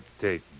take